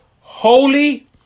holy